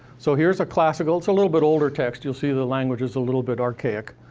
so here's a classical it's a little bit older text. you'll see the language is a little bit archaic,